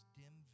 dim